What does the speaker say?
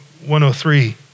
103